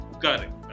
correct